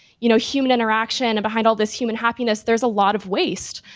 you know human interaction behind all this human happiness, there's a lot of waste.